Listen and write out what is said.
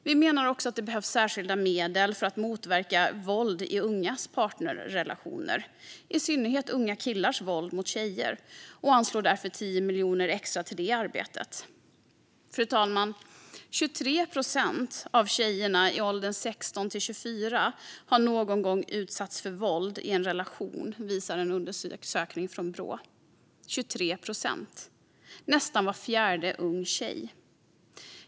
Vi menar också att det behövs särskilda medel för att motverka våld i ungas partnerrelationer, i synnerhet unga killars våld mot tjejer, och anslår därför 10 miljoner extra till det arbetet. Fru talman! Av tjejerna i åldern 16-24 år har 23 procent någon gång utsatts för våld i en relation visar en undersökning från Brå, 23 procent är nästan var fjärde ung tjej.